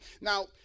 Now